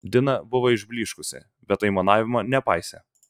dina buvo išblyškusi bet aimanavimo nepaisė